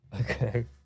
okay